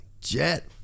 jet